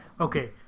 Okay